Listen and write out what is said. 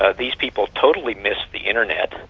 ah these people totally missed the internet.